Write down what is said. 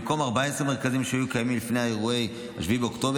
במקום 14 מרכזיים שיהיו קיימים לפני אירועי 7 באוקטובר,